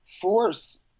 force